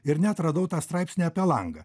ir net radau tą straipsnį apie langą